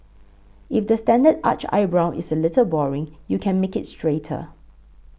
if the standard arched eyebrow is a little boring you can make it straighter